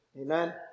Amen